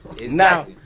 Now